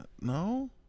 No